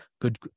good